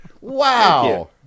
Wow